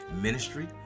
ministry